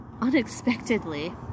unexpectedly